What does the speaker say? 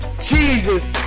Jesus